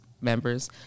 members